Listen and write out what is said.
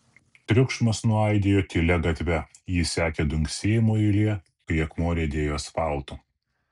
triukšmas nuaidėjo tylia gatve jį sekė dunksėjimų eilė kai akmuo riedėjo asfaltu